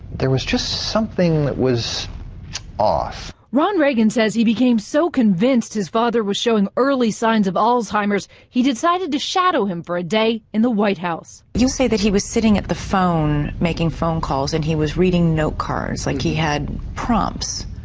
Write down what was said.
there was just something that was off. ron reagan says he became so convinced his father was showing early signs of alzheimer's he decided to shadow him for a day in the white house. you say that he was sitting at the phone making phone calls and he was reading note cards like he had prompts.